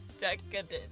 Decadent